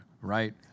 right